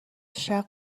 شرق